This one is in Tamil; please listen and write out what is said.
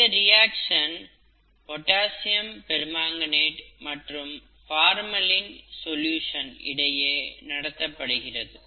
இந்த ரிஆக்சன் பொட்டாசியம் பெர்மாங்கனேட் மற்றும் பார்மலின் சொல்யூஷன் இடையே நடத்தப்படுகிறது